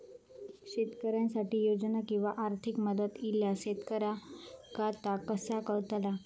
शेतकऱ्यांसाठी योजना किंवा आर्थिक मदत इल्यास शेतकऱ्यांका ता कसा कळतला?